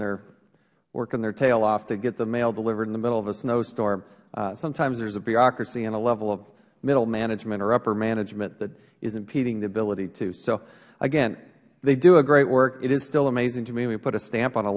is working their tail off to get the mail delivered in the middle of a snowstorm sometimes there is a bureaucracy and a level of middle management or upper management that is impeding the ability to again they do a great work it is still amazing to me we put a stamp on a